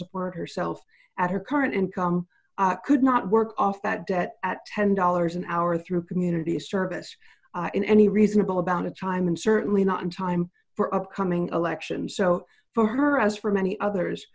support herself at her current income could not work off that debt at ten dollars an hour through community service in any reasonable amount of time and certainly not in time for upcoming elections so for her as for many others